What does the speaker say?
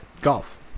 golf